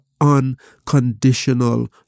unconditional